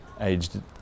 Aged